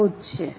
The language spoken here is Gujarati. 5014 છે